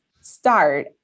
start